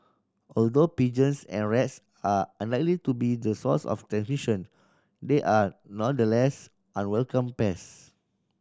although pigeons and rats are unlikely to be the source of transmission they are nonetheless unwelcome pest